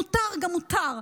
מותר גם מותר.